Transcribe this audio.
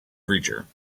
creature